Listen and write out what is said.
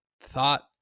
thought